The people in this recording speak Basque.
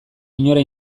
inora